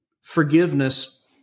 forgiveness